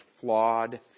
flawed